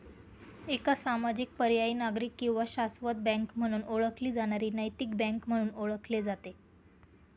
एक सामाजिक पर्यायी नागरिक किंवा शाश्वत बँक म्हणून ओळखली जाणारी नैतिक बँक म्हणून ओळखले जाते